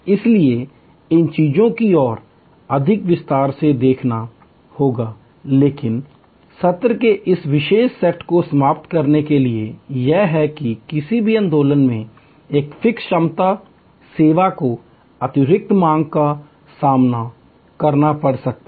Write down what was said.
इसलिए इन चीजों को और अधिक विस्तार से देखना होगा लेकिन सत्र के इस विशेष सेट को समाप्त करने के लिए यह है कि किसी भी समय की गति मे एक फिक्स क्षमता सेवा को अतिरिक्त मांग का सामना करना पड़ सकता है